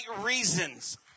reasons